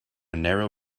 narrow